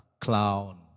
Clown